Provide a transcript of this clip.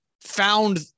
found